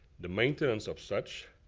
the maintenance of such,